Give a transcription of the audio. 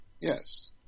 yes